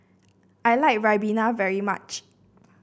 I like ribena very much